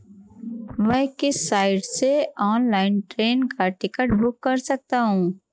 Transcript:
मैं किस साइट से ऑनलाइन ट्रेन का टिकट बुक कर सकता हूँ?